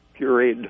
pureed